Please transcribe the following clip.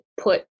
put